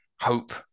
hope